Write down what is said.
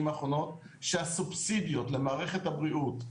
האחרונות שהסובסידיות למערכת הבריאות,